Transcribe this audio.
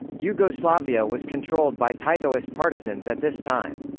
yugoslavia was controlled by titoist partisans at this time.